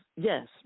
yes